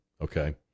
okay